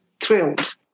thrilled